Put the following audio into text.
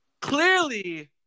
Clearly